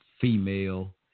female